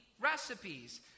Recipes